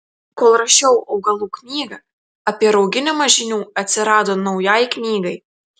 kol rašiau augalų knygą apie rauginimą žinių atsirado naujai knygai